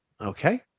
Okay